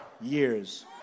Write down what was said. years